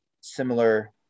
similar